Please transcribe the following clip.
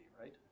right